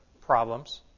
problems